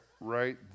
right